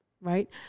right